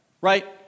right